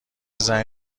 زنگ